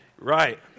Right